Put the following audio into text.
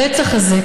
הרצח הזה,